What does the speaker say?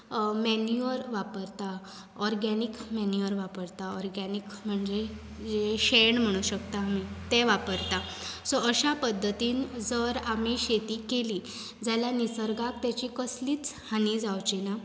manure वापरता organic manure वापरता organic म्हणजें शेण म्हणूक शकता आमी तें वापरतात जर अशा पद्दतीन जर आमी शेती केली जाल्यार निसर्गाक ताची कसलीच हानी जावची ना